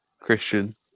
Christian